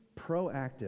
proactive